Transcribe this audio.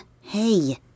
Hey